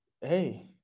hey